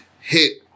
hit